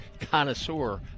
connoisseur